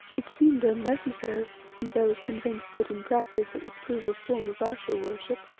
it seemed unnecessary, since i was convinced that in practice it would prove a form of ayesha-worship,